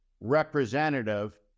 representative